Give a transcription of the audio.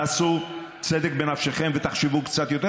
תעשו צדק בנפשכם ותחשבו קצת יותר,